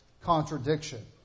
contradiction